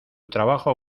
trabajo